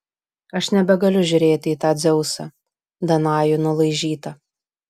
aš nebegaliu žiūrėti į tą dzeusą danajų nulaižytą